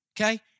okay